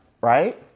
Right